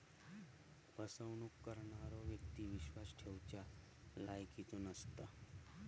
फसवणूक करणारो व्यक्ती विश्वास ठेवच्या लायकीचो नसता